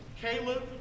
Caleb